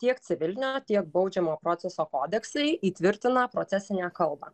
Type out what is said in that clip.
tiek civilinio tiek baudžiamo proceso kodeksai įtvirtina procesinę kalbą